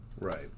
Right